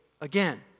again